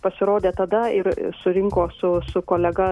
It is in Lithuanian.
pasirodė tada ir surinko su su kolega